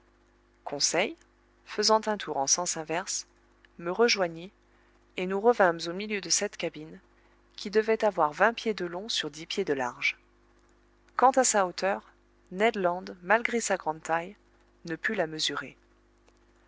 conseil faisant un tour en sens inverse me rejoignit et nous revînmes au milieu de cette cabine qui devait avoir vingt pieds de long sur dix pieds de large quant à sa hauteur ned land malgré sa grande taille ne put la mesurer